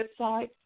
website